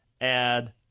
add